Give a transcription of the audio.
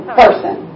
person